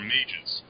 Mages